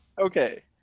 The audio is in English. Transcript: Okay